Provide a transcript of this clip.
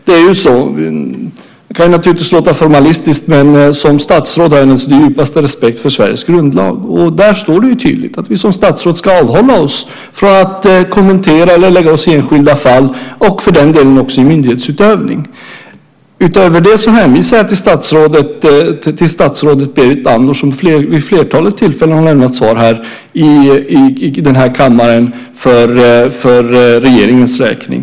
Det kan låta formalistiskt, men som statsråd har jag den djupaste respekt för Sveriges grundlag. Där står det tydligt att vi som statsråd ska avhålla oss från att kommentera eller lägga oss i enskilda fall, för den delen också i myndighetsutövning. Utöver det hänvisar jag till statsrådet Berit Andnor som vid flertalet tillfällen har lämnat svar här i kammaren för regeringens räkning.